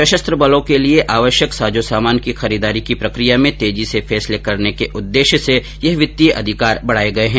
सशस्त्र बलों के लिए आवश्यक साजो सामान की खरीददारी की प्रकिया में तेजी से फैसले करने के उद्देश्य से यह वित्तीय अधिकार बढ़ाये गये हैं